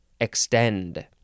extend